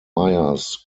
myers